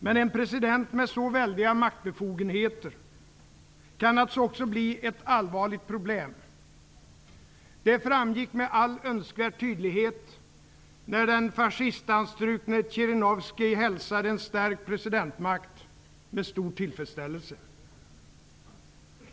Men en president med så väldiga maktbefogenheter kan naturligtvis också bli ett allvarligt problem. Det framgick med all önskvärd tydlighet, när den fascistanstrukna Zjirinovskij hälsade en stärkt presidentmakt med stor tillfredsställelse.